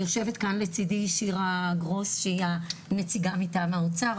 יושבת כאן לצידי שירה גרוס שהיא הנציגה מטעם האוצר,